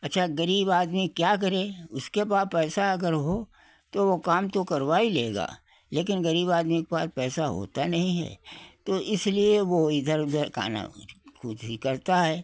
अच्छा ग़रीब आदमी क्या करे उसके पास पैसा अगर हो तो वो काम तो करवा ही लेगा लेकिन ग़रीब आदमी के पास पैसा होता नहीं है तो इसलिए वो इधर उधर काना फूसी करता है